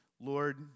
lord